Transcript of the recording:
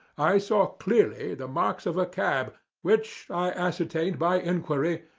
i saw clearly the marks of a cab, which, i ascertained by inquiry,